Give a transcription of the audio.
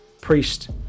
Priest